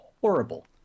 horrible